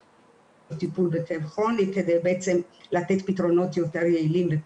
-- טיפול בכאב כרוני כדי בעצם לתת פתרונות יותר יעילים.